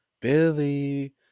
Billy